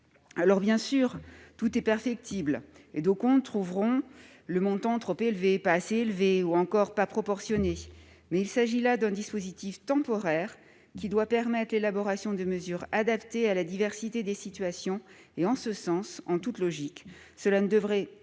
Bien sûr, tout est perfectible, et d'aucuns trouveront le montant trop ou pas assez élevé, ou encore pas proportionné. Il s'agit là d'un dispositif temporaire, qui doit permettre l'élaboration des mesures adaptées à la diversité des situations. En ce sens, et en toute logique, cela ne devrait en aucun cas invalider